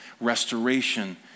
restoration